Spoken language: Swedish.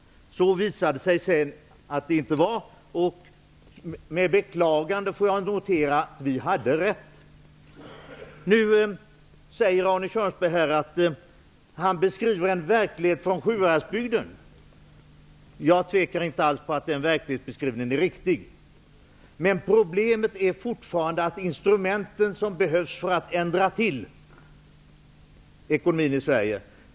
Så visade sig sedan inte vara fallet. Jag noterar med beklagande att vi hade rätt. Arne Kjörnsberg beskrev en verklighet från Sjuhäradsbygden. Jag tvivlar inte alls på att den verklighetsbeskrivningen är riktig, men problemet är fortfarande att det tar tid att införa de instrument som behövs för att rätta till ekonomin i Sverige.